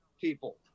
people